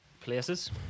places